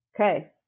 Okay